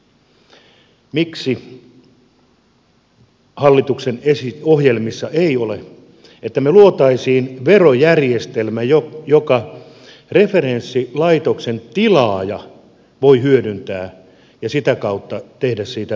miksi hallituksen ohjelmissa ei ole että luotaisiin verojärjestelmä jota referenssilaitoksen tilaaja voi hyödyntää ja sitä kautta tehdä siitä houkuttelevan